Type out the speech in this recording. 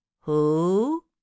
Who